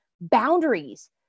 boundaries